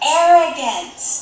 arrogance